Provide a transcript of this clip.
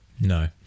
no